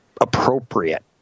appropriate